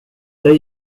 jag